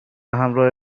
همراه